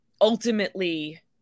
ultimately